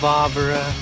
Barbara